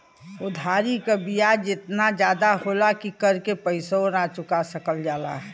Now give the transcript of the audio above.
उधारी क बियाज एतना जादा होला कि कर के पइसवो ना चुका सकल जाला